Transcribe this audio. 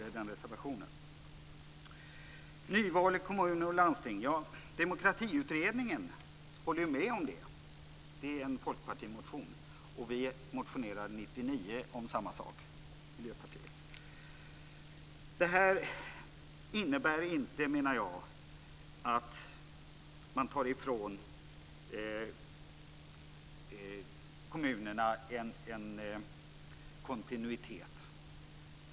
När det gäller frågan om nyval i kommuner och landsting vill jag säga att Demokratiutredningen håller med. Det är en folkpartimotion. Miljöpartiet motionerade om samma sak 1999. Jag menar att det här inte innebär att man tar ifrån kommunerna en kontinuitet.